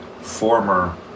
former